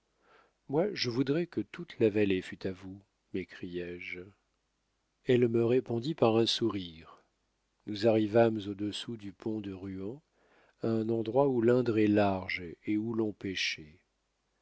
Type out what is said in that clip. moi je voudrais que toute la vallée fût à vous m'écriai-je elle me répondit par un sourire nous arrivâmes au-dessous du pont de ruan à un endroit où l'indre est large et où l'on péchait